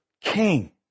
king